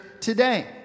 today